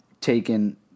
taken